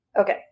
Okay